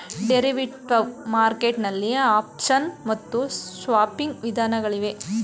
derivative market ನಲ್ಲಿ option ಮತ್ತು swapping ವಿಧಗಳಿವೆ